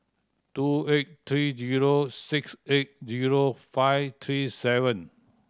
two eight three zero six eight zero five three seven